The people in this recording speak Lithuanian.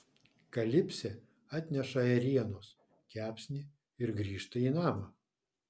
kalipsė atneša ėrienos kepsnį ir grįžta į namą